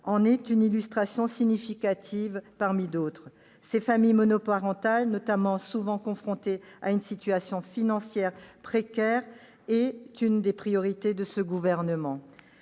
en est une illustration significative, parmi d'autres. Les familles monoparentales, souvent confrontées à une situation financière précaire, notamment, sont l'une des priorités du Gouvernement.